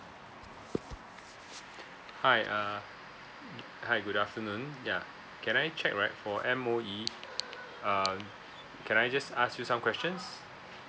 hi uh hi good afternoon ya can I check right for M_O_E uh can I just ask you some questions